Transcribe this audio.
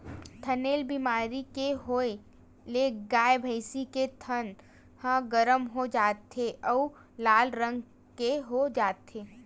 थनैल बेमारी के होए ले गाय, भइसी के थन ह गरम हो जाथे अउ लाल रंग के हो जाथे